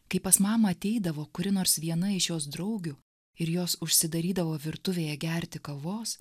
kai pas mamą ateidavo kuri nors viena iš jos draugių ir jos užsidarydavo virtuvėje gerti kavos